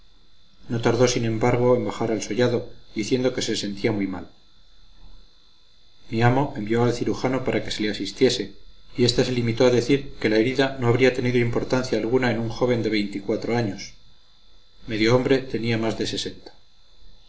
no tardó sin embargo en bajar al sollado diciendo que se sentía muy mal mi amo envió al cirujano para que le asistiese y éste se limitó a decir que la herida no habría tenido importancia alguna en un joven de veinticuatro años medio hombre tenía más de sesenta